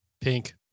Pink